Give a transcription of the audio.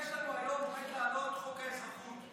היום עומד לעלות חוק האזרחות.